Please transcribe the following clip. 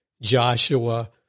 Joshua